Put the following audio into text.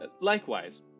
Likewise